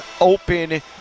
open